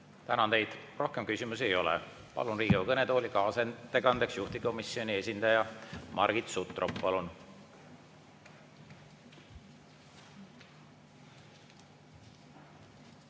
Tänan teid! Rohkem küsimusi ei ole. Palun Riigikogu kõnetooli kaasettekandeks juhtivkomisjoni esindaja Margit Sutropi.